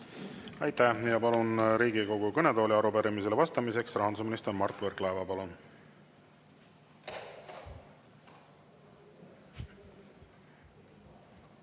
Aitäh! Palun Riigikogu kõnetooli arupärimisele vastamiseks rahandusminister Mart Võrklaeva. Palun!